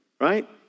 Right